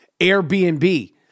Airbnb